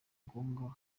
ngombwa